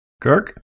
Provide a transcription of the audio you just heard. Kirk